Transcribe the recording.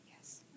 Yes